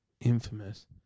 infamous